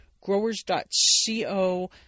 Growers.co